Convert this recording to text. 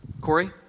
Corey